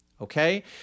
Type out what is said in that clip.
Okay